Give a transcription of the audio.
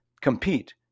compete